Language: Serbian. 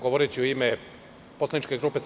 Govoriću u ime poslaničke grupe SNS.